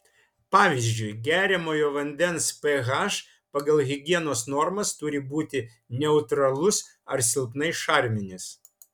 pavyzdžiui geriamojo vandens ph pagal higienos normas turi būti neutralus ar silpnai šarminis